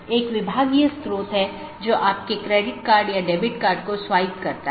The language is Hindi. इसलिए दूरस्थ सहकर्मी से जुड़ी राउटिंग टेबल प्रविष्टियाँ अंत में अवैध घोषित करके अन्य साथियों को सूचित किया जाता है